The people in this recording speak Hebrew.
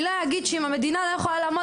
אני לא אגיד שאם המדינה לא יכולה לעמוד